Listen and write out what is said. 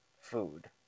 food